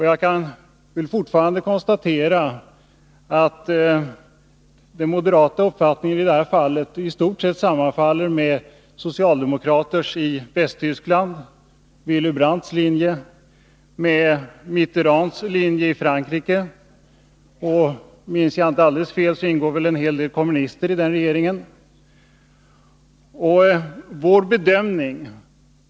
Jag vill ånyo konståtera att den moderata uppfattningen i det här fallet i stort sett sammanfaller med socialdemokraternas i Västtyskland, Willy Brandts linje, med Mitterands linje i Frankrike — om jag inte minns alldeles fel, ingår en hel del kommunister i Mitterands regering.